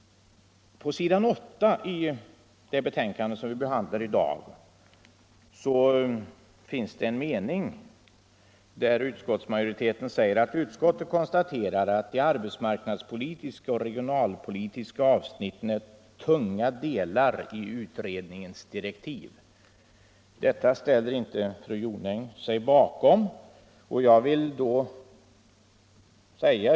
På s. 8 i det utskottsbetänkande som vi nu behandlar skriver utskottsmajoriteten i en mening följande: ”Utskottet konstaterar att de arbetsmarknadspolitiska och regionalpolitiska avsnitten är tunga delar i utredningens direktiv.” Denna skrivning ställer sig fru Jonäng inte bakom.